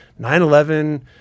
9-11